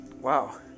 wow